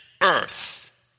Earth